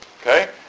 Okay